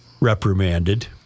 reprimanded